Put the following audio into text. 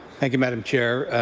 thank you, madam chair.